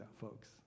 folks